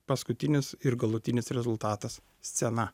paskutinis ir galutinis rezultatas scena